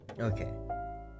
Okay